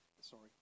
sorry